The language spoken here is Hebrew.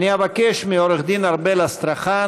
אבקש מעורכת הדין ארבל אסטרחן,